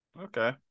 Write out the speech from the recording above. okay